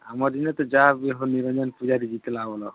ଆମର ଇନୁ ତ ଯାହା ବି ଜିତିଲା ବୋଲ